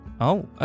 Oh